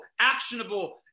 actionable